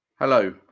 Hello